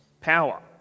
power